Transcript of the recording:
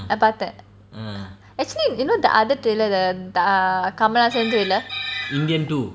நான் பார்த்தேன்:naan paarthen actually you know the other trailer the the Kamal ஹாசன்:kamal hasan trailer